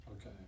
Okay